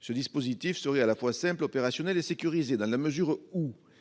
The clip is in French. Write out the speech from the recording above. Ce dispositif serait à la fois simple, opérationnel et sécurisé, dans la mesure où